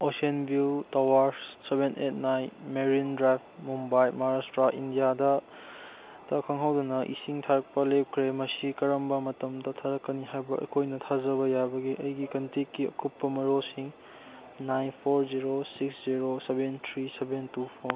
Oceanview Tower seven eight nine Marine Drive Mumbai Maharashtra ꯏꯟꯗꯤꯌꯥꯗ ꯈꯪꯒꯧꯗꯅ ꯏꯁꯤꯡ ꯊꯥꯔꯛꯄ ꯂꯦꯞꯈ꯭ꯔꯦ ꯃꯁꯤ ꯀꯔꯝꯕ ꯃꯇꯝꯗ ꯊꯥꯔꯛꯀꯅꯤ ꯍꯥꯏꯅ ꯑꯩꯈꯣꯏꯅ ꯊꯥꯖꯕ ꯌꯥꯕꯒꯦ ꯑꯩꯒꯤ ꯀꯟꯇꯦꯛꯀꯤ ꯑꯀꯨꯞꯄ ꯃꯔꯣꯜꯁꯤꯡ nine four zero six zero seven three seven two four